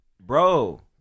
bro